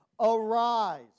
Arise